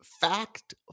fact